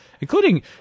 including